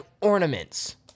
ornaments